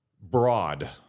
broad